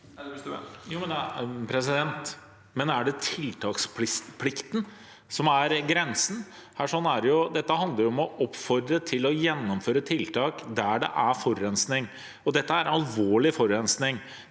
er det til- taksplikten som er grensen? Dette handler jo om å oppfordre til å gjennomføre tiltak der det er forurensning, og dette er alvorlig forurensning,